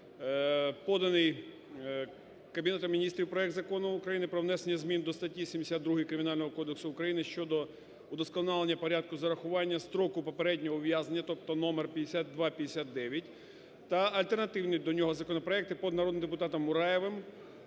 поданий Кабінетом Міністрів проект Закону України про внесення змін до статті 72 Кримінально кодексу України щодо удосконалення порядку зарахування строку попереднього ув'язнення, тобто номер 5259 та альтернативні до нього законопроекти по народним депутатам Мураєвим